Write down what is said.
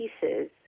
pieces